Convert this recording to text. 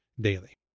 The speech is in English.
daily